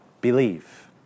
Believe